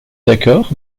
d’accord